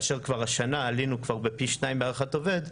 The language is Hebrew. כאשר כבר השנה עלינו כבר בפי 2 בהערכת עובד,